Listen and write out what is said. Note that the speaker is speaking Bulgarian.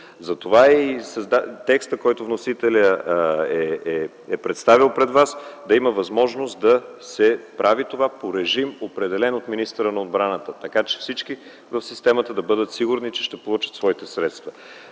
Затова текстът, който вносителят е представил пред вас, е да има възможност това да се прави по режим, определен от министъра на отбраната, за да могат всички в системата да бъдат сигурни, че ще получат своите средства.